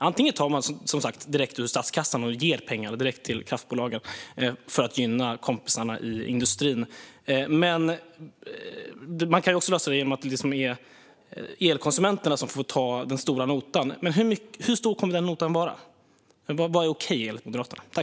Antingen tar man, som sagt, pengar ur statskassan och ger direkt till kraftbolagen för att gynna kompisarna i industrin eller så löser man det genom att låta elkonsumenterna ta den stora notan. Men hur stor kommer notan att vara? Vad är okej, enligt Moderaterna?